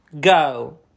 Go